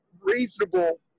reasonable